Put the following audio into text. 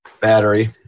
battery